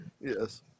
Yes